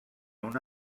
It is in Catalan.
una